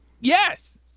Yes